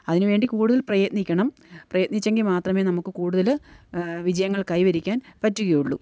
അതിനു വേണ്ടി കൂടുതൽ പ്രയത്നിക്കണം പ്രയത്നിച്ചെങ്കില് മാത്രമേ നമുക്ക് കൂടുതല് വിജയങ്ങൾ കൈവരിക്കാൻ പറ്റുകയുള്ളൂ